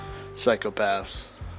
psychopaths